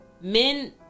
men